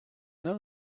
know